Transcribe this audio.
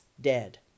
dead